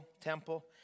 temple